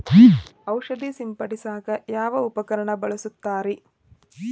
ಔಷಧಿ ಸಿಂಪಡಿಸಕ ಯಾವ ಉಪಕರಣ ಬಳಸುತ್ತಾರಿ?